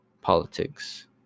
politics